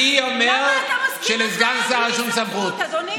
למה אתה מסכים לכהן בלי סמכות, אדוני?